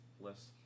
less